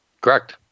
Correct